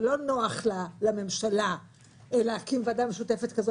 ולא נוח לה לממשלה להקים ועדה משותפת כזאת